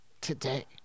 Today